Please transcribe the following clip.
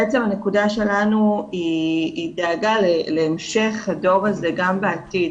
בעצם הנקודה שלנו היא דאגה להמשך הדור הזה גם בעתיד.